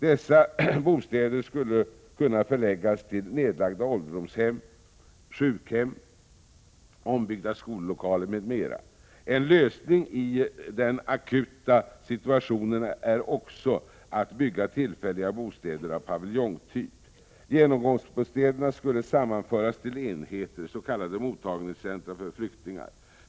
Dessa bostäder skulle kunna förläggas till nedlagda ålderdomshem, sjukhem, ombyggda skollokaler m.m. Enlösning i den akuta situationen är också att bygga tillfälliga bostäder av paviljongtyp. Genomgångsbostäderna skulle sammanföras till enheter, s.k. mottagningscentra för flyktingar.